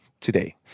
today